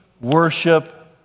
worship